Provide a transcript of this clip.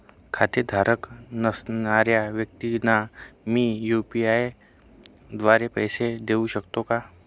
खातेधारक नसणाऱ्या व्यक्तींना मी यू.पी.आय द्वारे पैसे देऊ शकतो का?